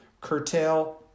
curtail